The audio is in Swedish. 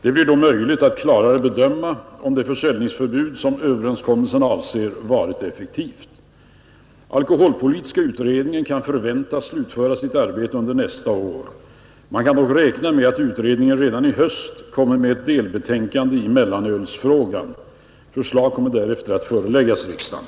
Det blir då möjligt att klarare bedöma om det försäljningsförbud som överenskommelsen avser varit effektivt. Alkoholpolitiska utredningen kan förväntas slutföra sitt arbete under nästa år. Man kan dock räkna med att utredningen redan i höst kommer med ett delbetänkande i mellanölsfrågan, Förslag kommer därefter att föreläggas riksdagen.